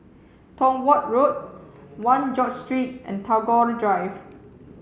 Tong Watt Road One George Street and Tagore Drive